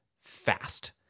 fast